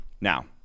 Now